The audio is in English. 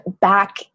back